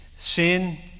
sin